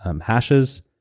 hashes